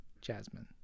Jasmine